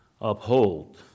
uphold